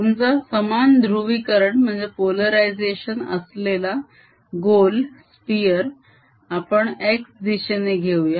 समजा समान ध्रुवीकरण असलेला गोल आपण x दिशेने घेऊया